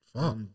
Fuck